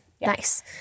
Nice